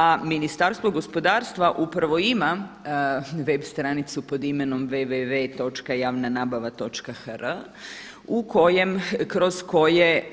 A Ministarstvo gospodarstva upravo ima web stranicu pod imenom www.javna nabava.hr. kroz koje